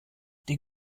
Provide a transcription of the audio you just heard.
die